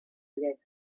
lletra